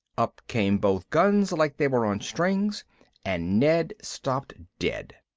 up came both guns like they were on strings and ned stopped dead.